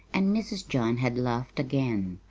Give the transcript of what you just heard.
and mrs. john had laughed again,